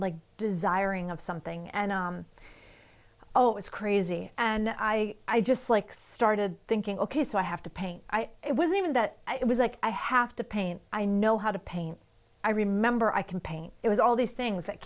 like desiring of something and oh it's crazy and i i just like started thinking ok so i have to paint it was even that it was like i have to paint i know how to paint i remember i can paint it was all these things that